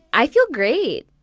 i feel great.